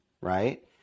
right